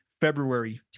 February